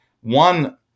One